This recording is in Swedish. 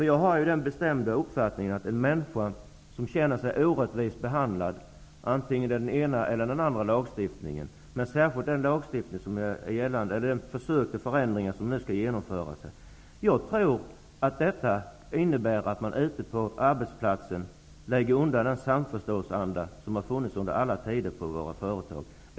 Jag har den bestämda uppfattningen att de som känner sig orättvist behandlade av antingen den ena eller den andra lagstiftningen -- särskilt gäller det de förändringar som man nu försöker genomföra -- ute på arbetsplatserna kommer att lägga undan den samförståndsanda som har funnits på våra företag i alla tider.